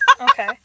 okay